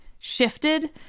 shifted